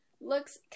looks